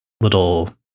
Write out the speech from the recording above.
little